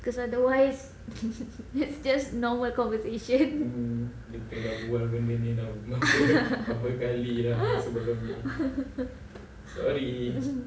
cause otherwise just normal conversation